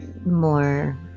more